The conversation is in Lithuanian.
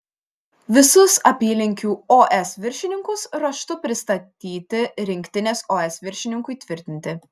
visus apylinkių os viršininkus raštu pristatyti rinktinės os viršininkui tvirtinti